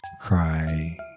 cry